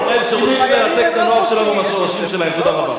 הן על הפעולה, הן על התגובה.